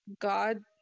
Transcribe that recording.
god